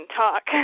talk